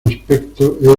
aspecto